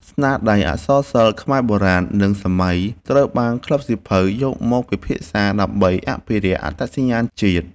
ស្នាដៃអក្សរសិល្ប៍ខ្មែរបុរាណ និងសម័យ ត្រូវបានក្លឹបសៀវភៅយកមកពិភាក្សាដើម្បីអភិរក្សអត្តសញ្ញាណជាតិ។